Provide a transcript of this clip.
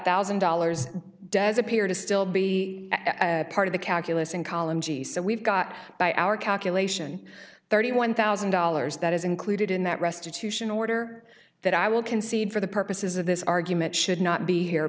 thousand dollars dez appear to still be part of the calculus in column g so we've got by our calculation thirty one thousand dollars that is included in that restitution order that i will concede for the purposes of this argument should not be here